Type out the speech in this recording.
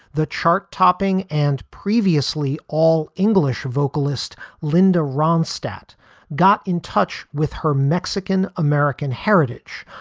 the chart topping and previously all english vocalist linda ronstadt got in touch with her mexican american heritage.